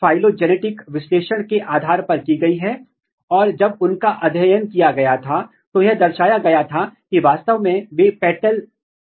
तो इस तरह का आनुवंशिक विश्लेषण मूल रूप से आपको सभी जीनों को एक विशेष मार्ग में रखने की अनुमति देगा